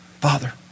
Father